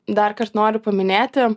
darkart noriu paminėti